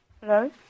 Hello